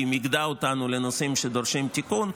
כי היא מיקדה אותנו לנושאים שדורשים תיקון.